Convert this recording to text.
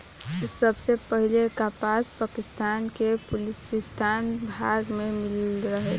सबसे पहिले कपास पाकिस्तान के बलूचिस्तान भाग में मिलल रहे